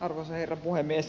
arvoisa herra puhemies